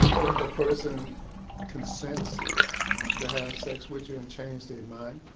if a person consents to have sex with you and change their mind,